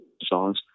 songs